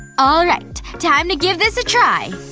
all right! time to give this a try!